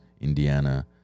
Indiana